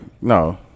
No